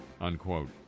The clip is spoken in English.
Unquote